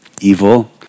evil